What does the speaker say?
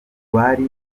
bari